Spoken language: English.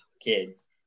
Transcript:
kids